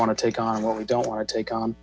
want to take on well we don't want to take on